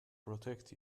protect